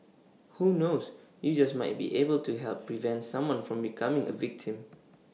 who knows you just might be able to help prevent someone from becoming A victim